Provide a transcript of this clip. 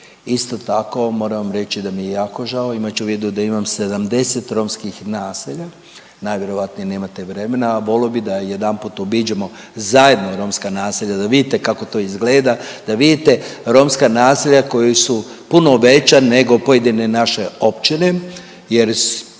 isto tako moram vam reći da mi je jako žao imajući u vidu da imam 70 romskih naselja, najvjerojatnije nemate vremena, a volio bi da jedanput obiđemo zajedno romska naselja da vidite kako to izgleda, da vidite romska naselja koja su puno veća nego pojedine naše općine jer,